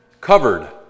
covered